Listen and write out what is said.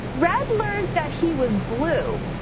red learned that he was blue.